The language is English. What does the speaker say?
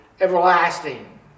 everlasting